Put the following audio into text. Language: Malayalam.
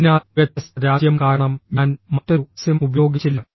അതിനാൽ വ്യത്യസ്ത രാജ്യം കാരണം ഞാൻ മറ്റൊരു സിം ഉപയോഗിച്ചില്ല